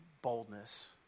boldness